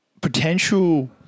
potential